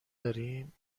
داریم